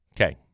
Okay